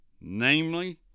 namely